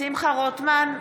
שמחה רוטמן,